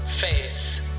Face